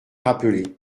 rappelées